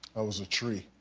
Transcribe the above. i was a tree.